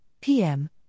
PM